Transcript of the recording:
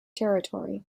territory